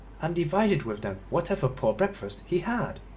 and divided with them whatever poor breakfast he had.